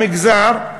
המגזר,